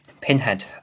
Pinhead